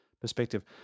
perspective